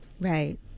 Right